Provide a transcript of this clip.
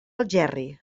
algerri